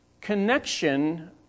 connection